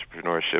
entrepreneurship